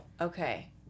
Okay